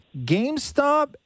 GameStop